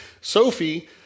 Sophie